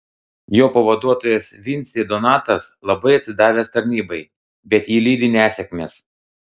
jo pavaduotojas vincė donatas labai atsidavęs tarnybai bet jį lydi nesėkmės